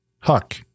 Huck